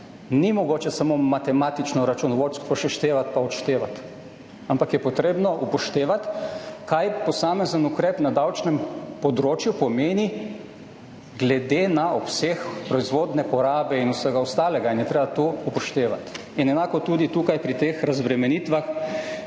ni mogoče samo matematično računovodsko seštevati pa odštevati, ampak je potrebno upoštevati, kaj pomeni posamezen ukrep na davčnem področju glede na obseg proizvodne porabe in vsega ostalega in je treba to upoštevati. In enako tudi tukaj pri teh razbremenitvah,